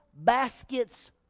baskets